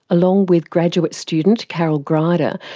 along with graduate student carol greider,